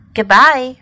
Goodbye